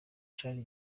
cari